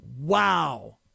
Wow